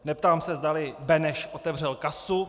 Neptám se, zdali Beneš otevřel kasu.